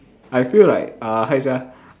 I feel like uh how you say ah